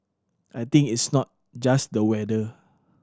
I think it's not just the weather